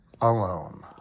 alone